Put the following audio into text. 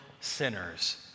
sinners